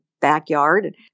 backyard